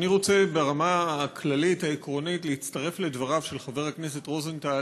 אני רוצה ברמה הכללית העקרונית להצטרף לדבריו של חבר הכנסת רוזנטל